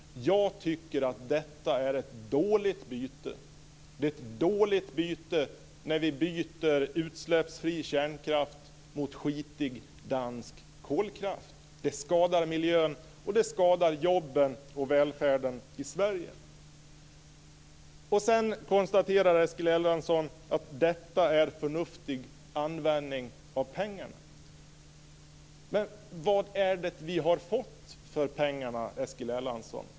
Jag tycker att detta är ett dåligt byte; det är ett dåligt byte att byta utsläppsfri kärnkraft mot skitig dansk kolkraft. Det skadar miljön, och det skadar jobben och välfärden i Sverige. Eskil Erlandsson konstaterar att detta är förnuftig användning av pengarna. Men vad är det vi har fått för pengarna, Eskil Erlandsson?